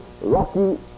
Rocky